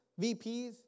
VPs